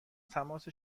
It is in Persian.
تماس